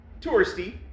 touristy